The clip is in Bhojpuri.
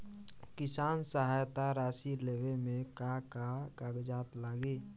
किसान सहायता राशि लेवे में का का कागजात लागी?